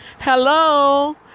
Hello